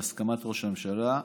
בהסכמת ראש הממשלה,